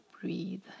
breathe